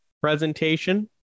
presentation